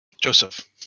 Joseph